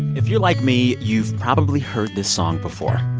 if you're like me, you've probably heard this song before,